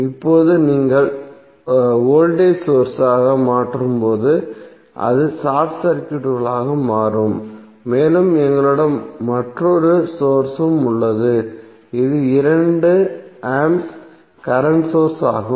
இப்போது நீங்கள் voltage source ஐ மாற்றும் போது அது ஷார்ட் சர்க்யூட்களாக மாறும் மேலும் எங்களிடம் மற்றொரு சோர்ஸ் உம் உள்ளது இது 2A கரண்ட் சோர்ஸ் ஆகும்